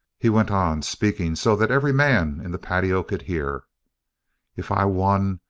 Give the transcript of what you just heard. he went on, speaking so that every man in the patio could hear if i won,